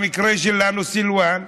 במקרה שלנו סילוואן.